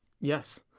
Yes